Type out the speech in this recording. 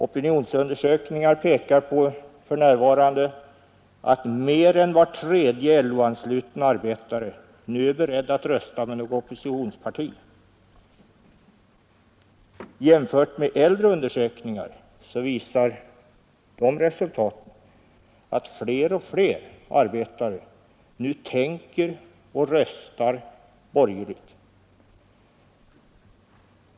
Opinionsundersökningar pekar på att var tredje LO-ansluten arbetare för närvarande är beredd att rösta med något oppositionsparti. Jämfört med äldre undersökningar visar resultaten att fler och fler arbetare nu både tänker och röstar borgerligt.